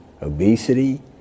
obesity